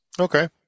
Okay